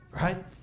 right